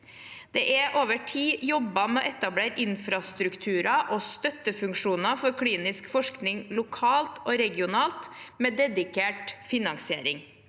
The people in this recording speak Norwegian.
Det er over tid jobbet med å etablere infrastrukturer og støttefunksjoner for klinisk forskning lokalt og regionalt med dedikert finansiering.